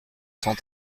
cent